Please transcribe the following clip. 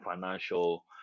financial